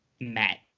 met